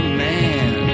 man